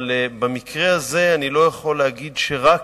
אבל במקרה הזה אני לא יכול להגיד שרק,